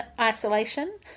isolation